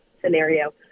scenario